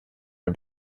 mir